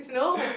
no